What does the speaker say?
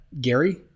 Gary